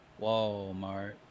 Walmart